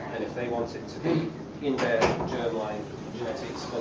they want it to be in their germline genetics